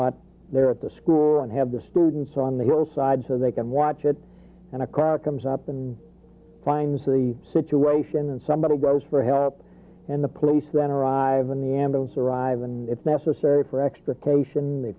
lot there at the school and have the students on the other side so they can watch it and a car comes up and finds the situation and somebody goes for help and the police then arrive in the ambulance arrive and if necessary for extrication the